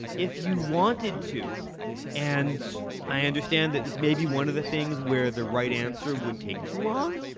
if you wanted to and i understand that this may be one of the things where the right answer would take too long,